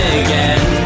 again